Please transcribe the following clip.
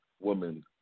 woman